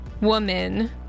woman